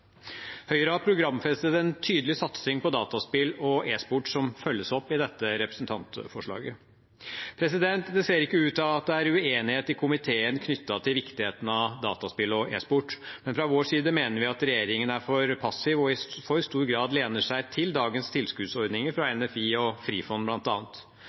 Høyre har programfestet en tydelig satsing på dataspill og e-sport, som følges opp med dette representantforslaget. Det ser ikke ut til at det er uenighet i komiteen knyttet til viktigheten av dataspill og e-sport, men fra vår side mener vi at regjeringen er for passiv og i for stor grad lener seg på dagens tilskuddsordninger fra bl.a. NFI, Norsk filminstitutt, og Frifond.